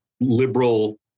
liberal